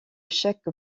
chaque